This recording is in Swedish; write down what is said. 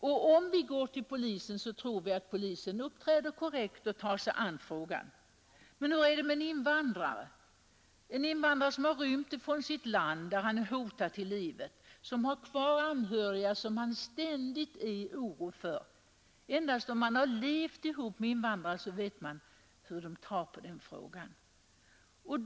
Och om vi går till polisen, tror vi att polisen uppträder korrekt och tar sig an frågan. Men hur förhåller det sig med en invandrare som har rymt från sitt land, där han blivit hotad till livet, och som har kvar anhöriga där som han hyser ständig oro för? Endast den som har levat tillsammans med invandrare vet hur de reagerar.